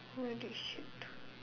where did shit